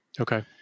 Okay